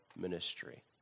ministry